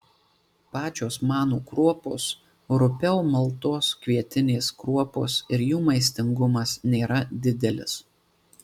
pačios manų kruopos rupiau maltos kvietinės kruopos ir jų maistingumas nėra didelis